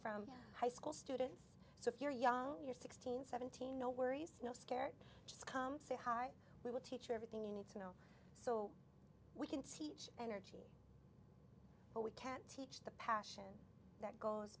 from high school students so if you're young you're sixteen seventeen no worries no scared just come say hi we will teach you everything you need to know so we can teach energy but we can't teach the passion that goes